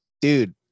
Dude